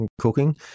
cooking